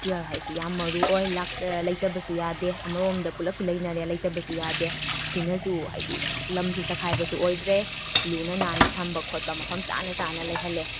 ꯆꯤꯌꯔ ꯍꯥꯏꯁꯤ ꯌꯥꯝ ꯃꯔꯨ ꯑꯣꯏ ꯂꯩꯇꯕꯁꯨ ꯌꯥꯗꯦ ꯑꯃꯔꯣꯝꯗ ꯄꯨꯂꯞꯁꯨ ꯂꯩꯅꯔꯦ ꯂꯩꯇꯕꯁꯨ ꯌꯥꯗꯦ ꯁꯤꯅꯁꯨ ꯍꯥꯏꯗꯤ ꯂꯝꯁꯨ ꯆꯈꯥꯏꯕꯁꯨ ꯑꯣꯏꯗ꯭ꯔꯦ ꯂꯨꯅ ꯅꯥꯟꯅ ꯊꯝꯕ ꯈꯣꯠꯄ ꯃꯐꯝ ꯆꯥꯅ ꯆꯥꯅ ꯂꯩꯍꯜꯂꯦ